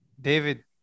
David